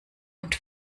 und